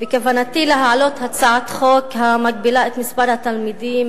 בכוונתי להעלות הצעת חוק המגבילה את מספר התלמידים